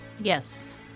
Yes